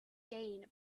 gain